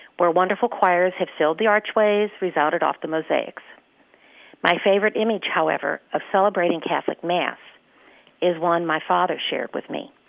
where wonderful choirs have filled the archways, resounded off the mosaics my favorite image, however, of celebrating catholic mass is one my father shared with me.